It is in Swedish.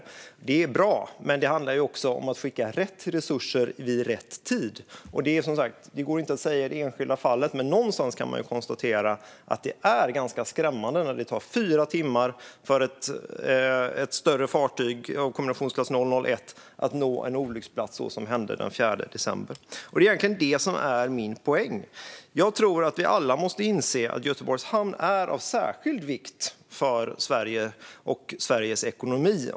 Detta är bra, men det handlar ju också om att skicka rätt resurser vid rätt tid. Det går inte att säga i det enskilda fallet, men någonstans kan man konstatera att det är ganska skrämmande när det, som den 4 december, tar fyra timmar för ett större fartyg av kombinationsklass 001 att nå en olycksplats. Det är egentligen detta som är min poäng. Jag tror att vi alla måste inse att Göteborgs hamn är av särskild vikt för Sverige och för Sveriges ekonomi.